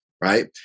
right